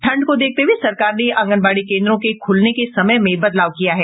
ठंड को देखते हुये सरकार ने आंगनबाड़ी केंद्रों के खूलने के समय में बदलाव किया है